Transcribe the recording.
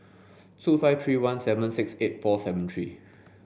two five three one seven six eight four seven three